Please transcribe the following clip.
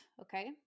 okay